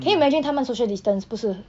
can you imagine 他们 social distance 不是